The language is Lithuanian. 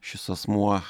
šis asmuo